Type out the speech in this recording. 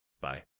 Bye